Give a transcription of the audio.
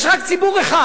יש רק ציבור אחד